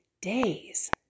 days